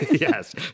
Yes